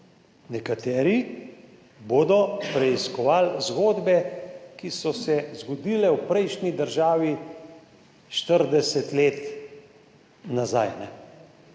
Nekateri bodo preiskovali zgodbe, ki so se zgodile v prejšnji državi 40 let nazaj.